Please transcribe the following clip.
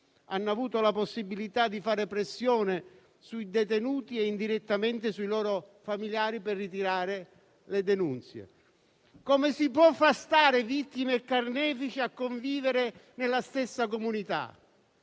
hanno avuto la possibilità di fare pressione sui detenuti e indirettamente sui loro familiari per ritirare le denunce. Come si può far stare vittime e carnefici a convivere nella stessa comunità?